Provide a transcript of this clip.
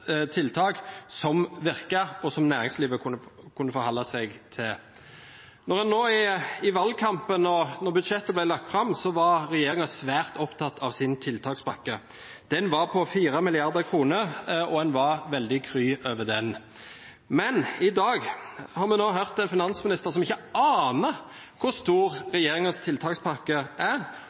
tiltak som virket, og som næringslivet kunne forholde seg til. Nå i valgkampen og da budsjettet ble lagt fram, var regjeringen svært opptatt av tiltakspakken sin. Den var på 4 mrd. kr, og en var veldig kry over den. Men i dag har vi hørt en finansminister som ikke aner hvor stor regjeringens tiltakspakke er,